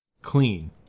clean